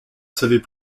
savait